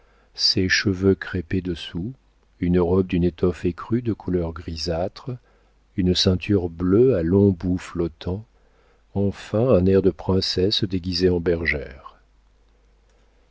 ses cheveux crêpés dessous une robe d'une étoffe écrue de couleur grisâtre une ceinture bleue à longs bouts flottants enfin un air de princesse déguisée en bergère